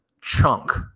chunk